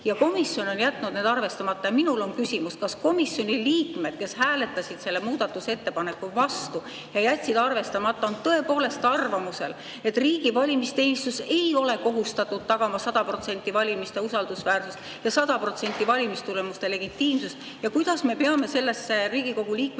Komisjon on jätnud selle arvestamata. Minul on küsimus: kas komisjoni liikmed, kes hääletasid selle muudatusettepaneku vastu ja jätsid selle arvestamata, on tõepoolest arvamusel, et riigi valimisteenistus ei ole kohustatud tagama sada protsenti valimiste usaldusväärsust ja sada protsenti valimistulemuste legitiimsust? Kuidas me peame sellesse Riigikogu liikmete